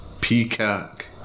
Peacock